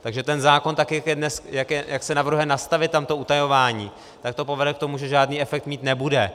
Takže ten zákon, tak jak se navrhuje nastavit tam to utajování, tak to povede k tomu, že žádný efekt mít nebude.